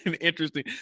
Interesting